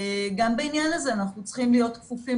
גם בעניין הזה אנחנו צריכים להיות כפופים